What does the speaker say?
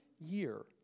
year